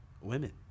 women